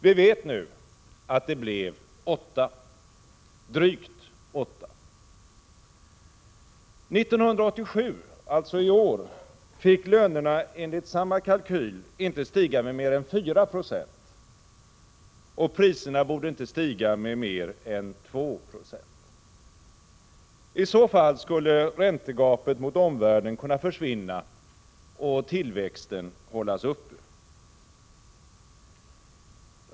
Vi vet nu att den blev drygt 8 Ze. 1987, alltså i år, fick lönerna enligt samma kalkyl inte stiga med mer än 4 96, och priserna borde inte stiga med mer än 2 Yo. I så fall skulle räntegapet mot omvärlden kunna försvinna och tillväxten hållas uppe.